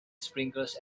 sprinkles